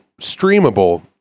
streamable